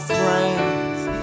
friends